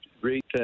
Great